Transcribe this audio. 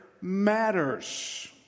matters